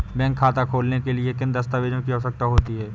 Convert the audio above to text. Bank खाता खोलने के लिए किन दस्तावेजों की आवश्यकता होती है?